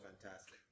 fantastic